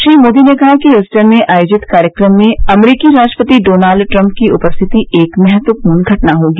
श्री मोदी ने कहा कि द्यूस्टन में आयोजित कार्यक्रम में अमरीकी राष्ट्रपति डोनाल्ड ट्रंप की उपस्थिति एक महत्वपूर्ण घटना होगी